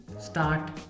start